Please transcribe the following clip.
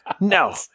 no